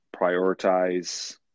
prioritize